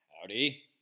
Howdy